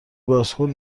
بازکن